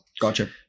gotcha